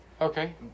Okay